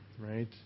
right